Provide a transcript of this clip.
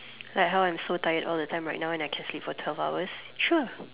like how I'm so tired all the time right now and I can sleep for twelve hours sure